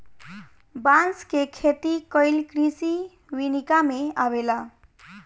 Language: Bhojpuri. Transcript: बांस के खेती कइल कृषि विनिका में अवेला